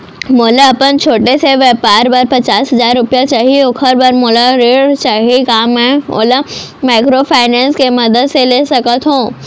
मोला अपन छोटे से व्यापार बर पचास हजार रुपिया चाही ओखर बर मोला ऋण चाही का मैं ओला माइक्रोफाइनेंस के मदद से ले सकत हो?